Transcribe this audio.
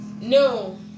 no